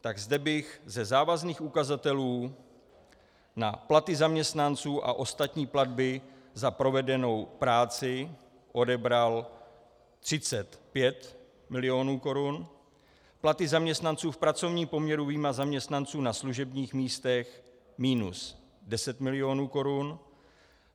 Tak zde bych ze závazných ukazatelů na platy zaměstnanců a ostatní platby za provedenou práci odebral 35 mil. korun, platy zaměstnanců v pracovním poměru vyjma zaměstnanců na služebních místech minus 10 mil. korun,